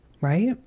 Right